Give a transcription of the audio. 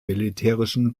militärischen